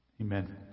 Amen